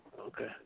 Okay